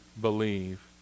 believe